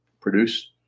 produce